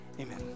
Amen